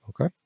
Okay